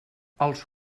els